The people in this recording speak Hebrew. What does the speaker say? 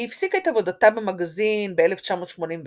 היא הפסיקה את עבודתה במגזין ב-1981,